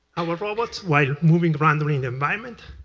our robots, while moving randomly in the environment,